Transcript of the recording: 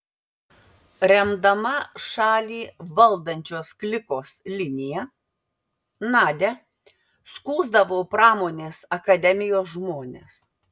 remdama šalį valdančios klikos liniją nadia skųsdavo pramonės akademijos žmones